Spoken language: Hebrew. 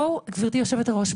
גברתי יושבת הראש,